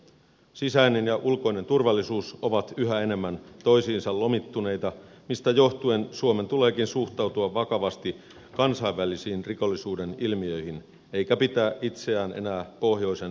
sisäinen ja ulkoinen turvallisuus ovat yhä enemmän toisiinsa lomittuneita mistä joh tuen suomen tuleekin suhtautua vakavasti kansainvälisiin rikollisuuden ilmiöihin eikä pitää itseään enää pohjoisen lintukotona